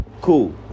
Cool